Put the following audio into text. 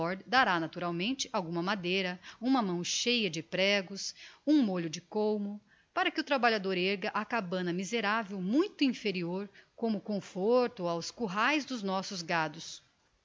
dará naturalmente alguma madeira uma mão cheia de prégos um molho de colmo para que o trabalhador erga a cabana miseravel muito inferior como conforto aos curraes dos nossos gados